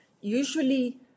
usually